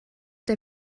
der